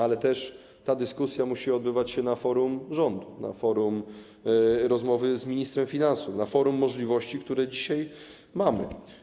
Ale ta dyskusja musi odbywać się też na forum rządu, na forum rozmowy z ministrem finansów, na forum możliwości, które dzisiaj mamy.